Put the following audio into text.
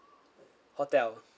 hotel